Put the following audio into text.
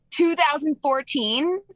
2014